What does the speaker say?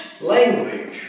language